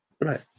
Right